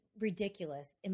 ridiculous